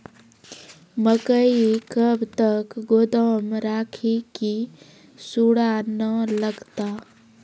मकई कब तक गोदाम राखि की सूड़ा न लगता?